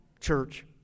church